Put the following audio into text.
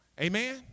Amen